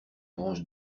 branche